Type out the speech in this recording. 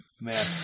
man